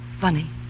Funny